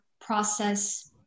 process